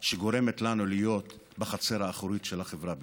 שגורמת לנו להיות בחצר האחורית של החברה בישראל.